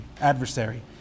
adversary